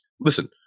listen